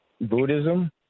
Buddhism